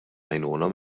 għajnuna